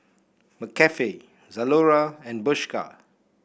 McCafe Zalora and Bershka